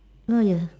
no yes